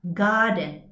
garden